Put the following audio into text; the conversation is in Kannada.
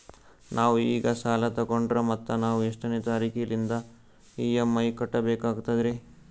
ನಾವು ಈಗ ಸಾಲ ತೊಗೊಂಡ್ರ ಮತ್ತ ನಾವು ಎಷ್ಟನೆ ತಾರೀಖಿಲಿಂದ ಇ.ಎಂ.ಐ ಕಟ್ಬಕಾಗ್ತದ್ರೀ?